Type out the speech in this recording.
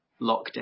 lockdown